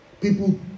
People